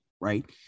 right